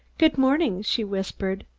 good morning, she whispered.